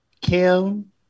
kim